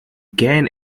gain